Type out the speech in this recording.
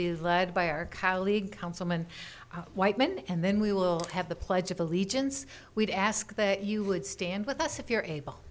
be led by our colleague councilman whiteman and then we will have the pledge of allegiance we'd ask that you would stand with us if you're able